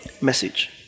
message